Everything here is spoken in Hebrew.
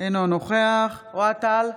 אינו נוכח אוהד טל,